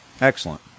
Excellent